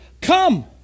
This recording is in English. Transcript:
Come